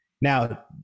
Now